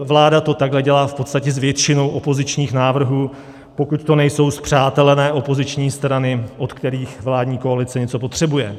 Vláda to takhle dělá v podstatě s většinou opozičních návrhů, pokud to nejsou spřátelené opoziční strany, od kterých vládní koalice něco potřebuje.